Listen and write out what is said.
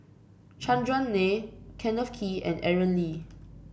Chandran Nair Kenneth Kee and Aaron Lee